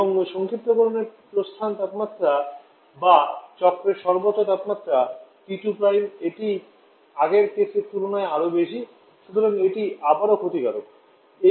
এবং সংক্ষিপ্তকারের প্রস্থান তাপমাত্রা বা চক্রের সর্বোচ্চ তাপমাত্রা TE 2 এটি আগের কেসের তুলনায় আরও বেশি সুতরাং এটি আবারও ক্ষতিকারক